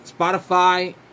Spotify